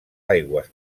aigües